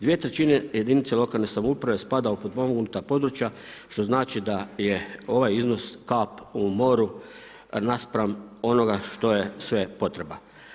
Dvije trećine jedinica lokalne samouprave spada u potpomognuta područja što znači da je ovaj iznos kap u moru naspram onoga što je sve potreba.